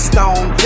Stone